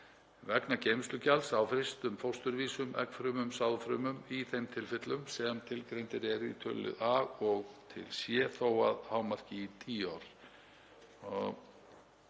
vegna geymslugjalds á frystum fósturvísum, eggfrumum og sáðfrumum í þeim tilfellum sem tilgreindir eru í töluliðum a og c, þó að hámarki í tíu ár.